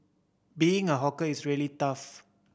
being a hawker is really tough